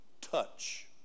touch